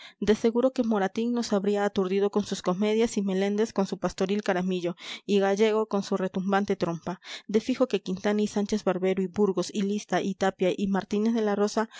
de seguro que moratín nos habría aturdido con sus comedias y meléndez con su pastoril caramillo y gallego con su retumbante trompa de fijo que quintana y sánchez barbero y burgos y lista y tapia y martínez de la rosa